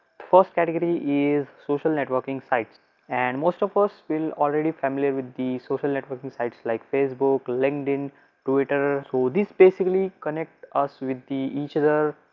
first category is social networking sites and most of us will already familiar with the networking sites like facebook linkedin twitter so these basically connect us with the each other,